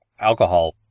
Alcohol